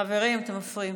חברים, אתם מפריעים.